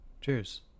Cheers